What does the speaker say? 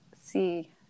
see